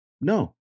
No